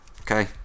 Okay